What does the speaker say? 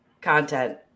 content